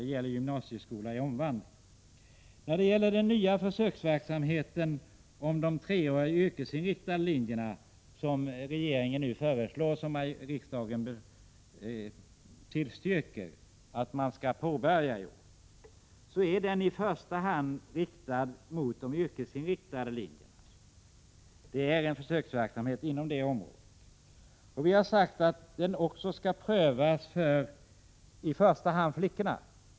Regeringen föreslår att en försöksverksamhet med treåriga yrkesinriktade linjer startas, och riksdagen tillstyrker att den påbörjas i år. Försöksverksamheten bör särskilt gälla flickorna.